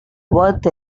worth